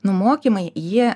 nu mokymai jie